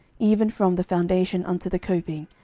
even from the foundation unto the coping,